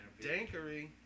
Dankery